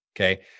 Okay